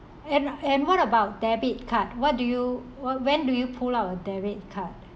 and and what about debit card what do you wh~ when do you pull out a debit card